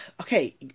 Okay